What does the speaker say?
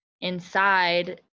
inside